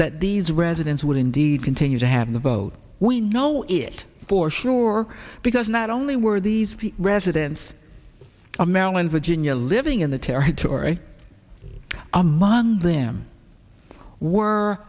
that these residents would indeed continue to have the vote we know it for sure because not only were these residents a maryland virginia living in the territory among them were